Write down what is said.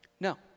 No